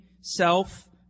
Self